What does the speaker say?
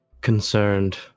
concerned